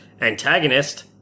antagonist